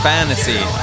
Fantasy